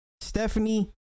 Stephanie